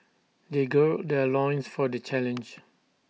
they gird their loins for the challenge